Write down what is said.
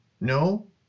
No